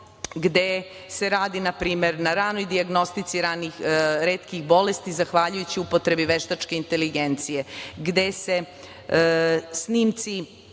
gde se radi npr. na ranoj dijagnostici retkih bolesti zahvaljujući upotrebi veštačke inteligencije, gde se snimci